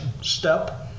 step